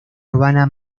urbana